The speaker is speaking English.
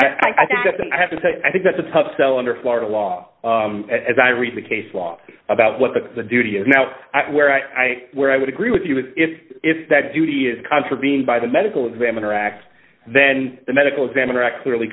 i have to say i think that's a tough sell under florida law as i read the case law about what the duty is now where i where i would agree with you if that duty is contravened by the medical examiner act then the medical examiner act clearly